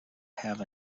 have